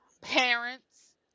parents